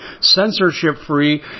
censorship-free